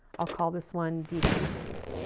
i'll call this one decreases